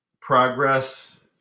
progress